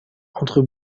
entre